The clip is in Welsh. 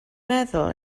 meddwl